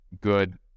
good